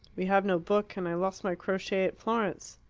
we have no book, and i lost my crochet at florence.